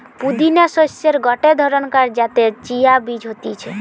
পুদিনা শস্যের গটে ধরণকার যাতে চিয়া বীজ হতিছে